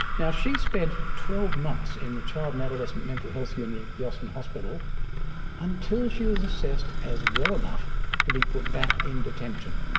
now she spent twelve months in the child and adolescent mental health unit at the austin hospital until she was assessed as well enough to be put back in detention.